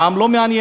העם לא מעניין.